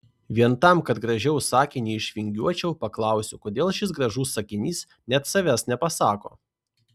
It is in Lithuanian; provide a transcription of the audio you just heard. vien tam kad gražiau sakinį išvingiuočiau paklausiu kodėl šis gražus sakinys net savęs nepasako